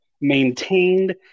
maintained